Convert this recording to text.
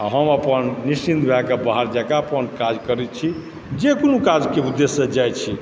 आ हम अपन निश्चिन्त भए बाहर जाके अपन काज करति छी जे कोनो काजके उद्देश्यसँ जाइ छी